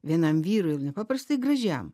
vienam vyrui nepaprastai gražiam